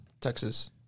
Texas